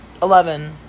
Eleven